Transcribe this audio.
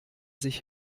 sich